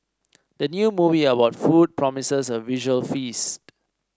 the new movie about food promises a visual feast